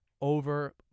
over